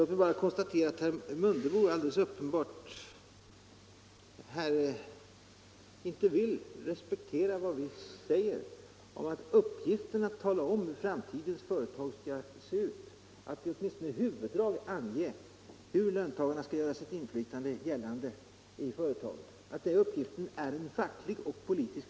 Låt mig bara konstatera att det är alldeles uppenbart att herr Mundebo inte vill respektera vad vi säger om att det är en facklig och politisk uppgift att tala om hur framtidens företag skall se ut eller att åtminstone i huvuddrag ange hur löntagarna skall kunna göra sitt inflytande gällande i företaget.